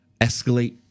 escalate